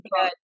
good